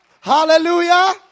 Hallelujah